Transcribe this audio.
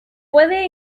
puede